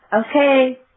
okay